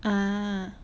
ah